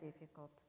difficult